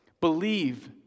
believe